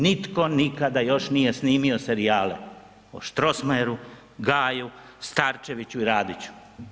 Nitko nikada još nije snimio serijale o Strossmayeru, Gaju, Starčeviću i Radiću.